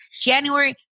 January